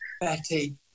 Betty